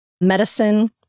medicine